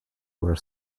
were